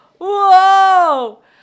Whoa